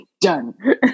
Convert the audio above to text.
Done